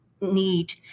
need